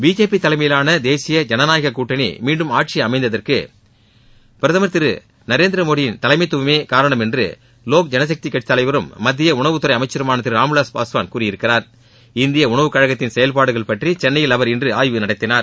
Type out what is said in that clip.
BJP தலைமையிலான தேசிய ஜனநாயக கூட்டணி மீண்டும் ஆட்சி அமைத்ததற்கு பிரதமர் நரேந்திர மோதியின் தலைமைத்துவமே காரணம் என்று லோக் ஜனசக்தி கட்சித் தலைவரும் மத்திய உணவுத் துறை அமைச்சருமான திரு ராம்விலாஸ் பாஸ்வான் கூறியிருக்கிறார் இந்திய உணவுக் கழகத்தின் செயல்பாடுகள் பற்றி சென்னையில் அவர் இன்று ஆய்வு நடத்தினார்